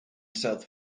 south